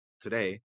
today